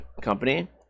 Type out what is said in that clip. company